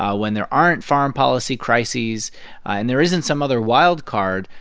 ah when there aren't foreign policy crises and there isn't some other wild card,